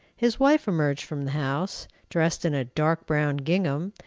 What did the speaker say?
his wife emerged from the house, dressed in a dark brown gingham,